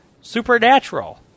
supernatural